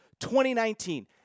2019